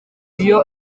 iyo